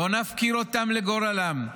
לא נפקיר אותם לגורלם.